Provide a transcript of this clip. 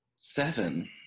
Seven